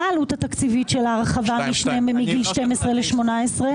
מה העלות התקציבית של ההרחבה מגיל 12 ל-18?